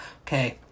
Okay